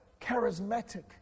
charismatic